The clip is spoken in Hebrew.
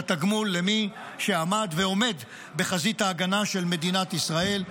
התגמול למי שעמד ועומד בחזית ההגנה של מדינת ישראל.